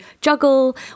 juggle